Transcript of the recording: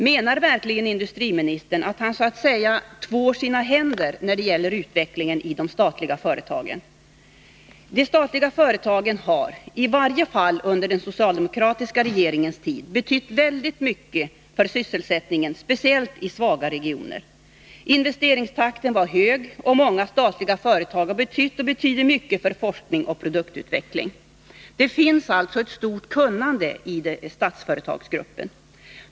Menar verkligen industriministern, att han så att säga tvår sina händer när det gäller utvecklingen i de statliga företagen? De statliga företagen har, i varje fall under den socialdemokratiska regeringens tid, betytt väldigt mycket för sysselsättningen, speciellt i svaga regioner. Investeringstakten var hög, och många statliga företag har betytt, och betyder, mycket för forskning och produktutveckling. Det finns ett stort kunnande i Statsföretagsgruppen.